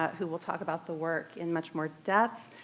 who will talk about the work in much more depth,